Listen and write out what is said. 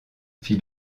fit